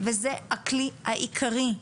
וזה הכלי העיקרי.